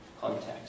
context